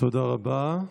תודה רבה.